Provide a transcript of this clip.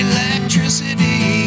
Electricity